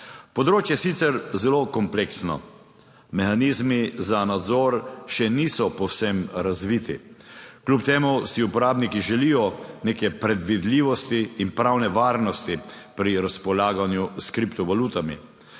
Področje je sicer zelo kompleksno. Mehanizmi za nadzor še niso povsem razviti. Kljub temu si uporabniki želijo neke predvidljivosti in pravne varnosti pri razpolaganju s kriptovalutami.